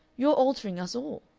you're altering us all.